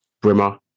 Brimmer